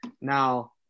Now